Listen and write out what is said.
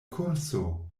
kurso